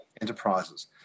enterprises